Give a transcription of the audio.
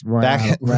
Back